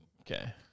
Okay